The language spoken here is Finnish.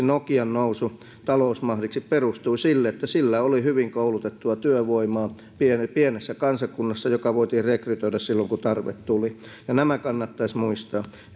nokian nousu talousmahdiksi perustui siihen että sillä oli hyvin koulutettua työvoimaa pienessä pienessä kansakunnassa joka voitiin rekrytoida silloin kun tarve tuli nämä kannattaisi muistaa